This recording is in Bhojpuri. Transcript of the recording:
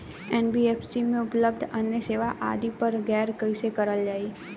एन.बी.एफ.सी में उपलब्ध अन्य सेवा आदि पर गौर कइसे करल जाइ?